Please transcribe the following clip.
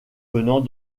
venant